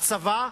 הצבא,